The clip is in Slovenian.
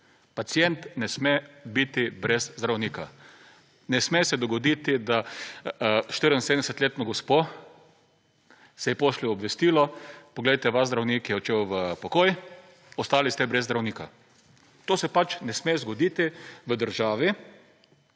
Pacient ne sme biti brez zdravnika. Ne sme se zgoditi, da 74 letno gospo se ji pošlje obvestilo vaš zdravnik je odšel v pokoj ostali ste brez zdravnika. To se pač ne sme zgoditi v državi,